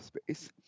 space